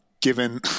given